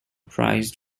prized